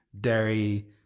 dairy